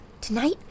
Tonight